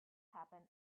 happen